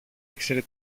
ήξερε